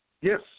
Yes